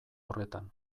horretan